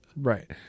Right